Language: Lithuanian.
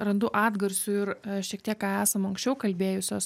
randu atgarsių ir šiek tiek ką esam anksčiau kalbėjusios